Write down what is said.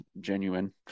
genuine